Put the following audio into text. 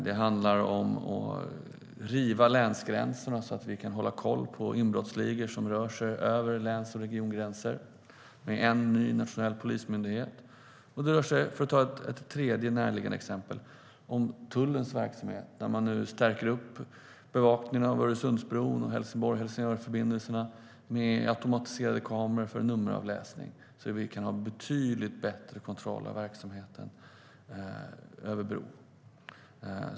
Det handlar om att med en ny, nationell polismyndighet riva länsgränserna, så att vi kan hålla koll på inbrottsligor som rör sig över läns och regiongränser. Det rör sig också, för att ta ett tredje närliggande exempel, om tullens verksamhet. Man stärker nu bevakningen av Öresundsbron och Helsingborg-Helsingör-förbindelsen med automatiserade kameror för nummeravläsning, så att vi kan ha betydligt bättre kontroll av verksamheten över gränsen.